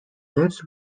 lives